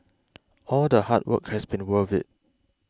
all the hard work has been worth it